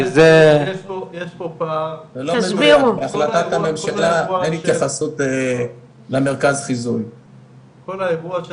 כאשר יש לנו גם נהלי קיץ שהפוקוס שלהם על נושא של